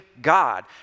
God